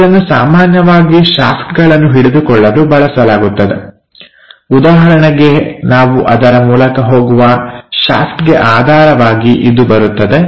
ಇದನ್ನು ಸಾಮಾನ್ಯವಾಗಿ ಶಾಫ್ಟ್ಗಳನ್ನು ಹಿಡಿದುಕೊಳ್ಳಲು ಬಳಸಲಾಗುತ್ತದೆ ಉದಾಹರಣೆಗೆ ನಾವು ಅದರ ಮೂಲಕ ಹೋಗುವ ಶಾಫ್ಟ್ಗೆ ಆಧಾರವಾಗಿ ಇದು ಬರುತ್ತದೆ